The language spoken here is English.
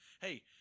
hey